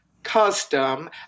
custom